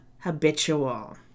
habitual